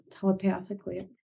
telepathically